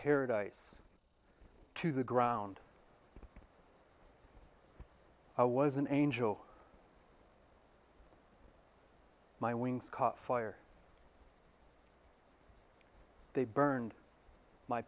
paradise to the ground i was an angel my wings caught fire they burned my